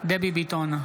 דבי ביטון,